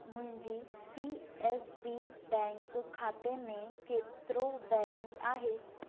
मुंहिंजे C S B bank खाते में केतिरो बैलेंस आहे